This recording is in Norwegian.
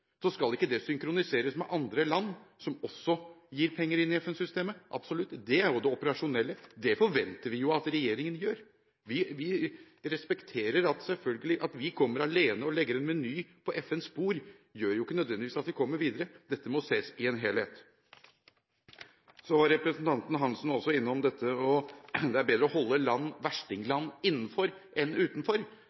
ikke slik at det ikke skal synkroniseres med andre land som også gir penger inn i FN-systemet. Jo, absolutt. Det er jo det operasjonelle. Det forventer vi at regjeringen gjør. Vi respekterer selvfølgelig at om vi kommer alene og legger en meny på FNs bord, gjør ikke det nødvendigvis at vi kommer videre. Dette må ses i en helhet. Representanten Hansen var også innom at det er bedre å holde verstingland innenfor enn utenfor.